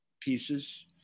pieces